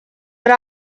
but